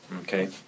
Okay